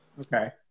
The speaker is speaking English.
Okay